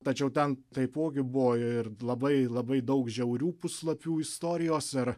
tačiau ten taipogi buvo ir labai labai daug žiaurių puslapių istorijos ir